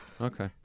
Okay